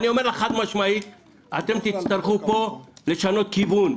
אני אומר לך חד-משמעית: אתם תצטרכו לשנות פה כיוון.